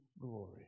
glory